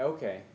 Okay